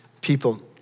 people